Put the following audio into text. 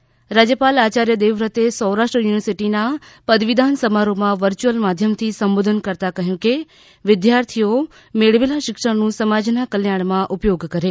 ે રાજ્યપાલ આચાર્ય દેવવ્રતે સૌરાષ્ટ્ર યુનિવર્સિટીના પદવીદાન સમારોહમાં વરર્યુઅલ માધ્યમથી સંબોધન કરતાં કહ્યું કે વિદ્યાર્થીઓ મેળવેલા શિક્ષણનું સમાજના કલ્યાણમાં ઉપયોગ કરે